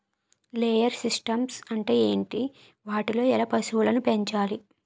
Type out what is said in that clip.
Layer systems అంటే ఏంటి? వాటిలో ఎలా పశువులను పెంచాలి?